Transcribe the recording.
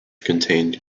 contained